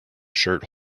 shirt